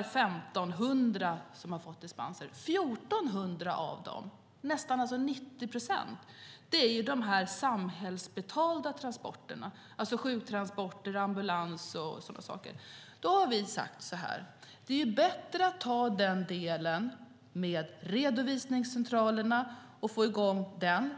1 500 som har fått dispens. 1 400 av dem - nästan 90 procent - är de samhällsbetalda transporterna, det vill säga sjuktransporter, ambulans och sådant. Då har vi sagt: Det är bättre att ta delen med redovisningscentralerna och få i gång den.